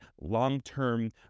long-term